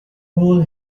hole